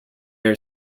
are